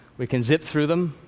we can zip through them